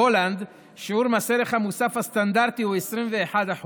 בהולנד שיעור מס הערך המוסף הסטנדרטי הוא 21%,